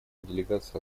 делегация